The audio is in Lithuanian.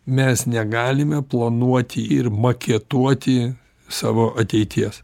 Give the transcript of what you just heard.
mes negalime planuoti ir maketuoti savo ateities